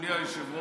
אדוני היושב-ראש,